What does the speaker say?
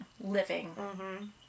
living